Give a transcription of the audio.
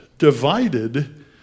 divided